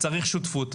צריך שותפות,